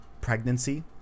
pregnancy